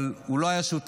אבל הוא לא היה שותף,